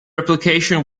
application